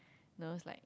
no it's like